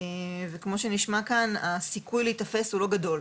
וכמו שנשמע כאן הסיכוי להיתפס הוא לא גדול.